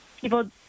people